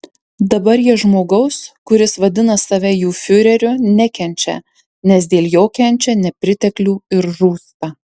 dabar jie žmogaus kuris vadina save jų fiureriu nekenčia nes dėl jo kenčia nepriteklių ir žūsta